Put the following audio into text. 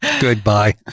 Goodbye